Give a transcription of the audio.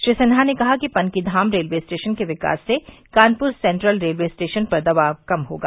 श्री सिन्हा ने कहा कि पनकीघाम रेलवे स्टेशन के विकास से कानपुर सेन्ट्रल रेलवे स्टेशन पर दबाव कम होगा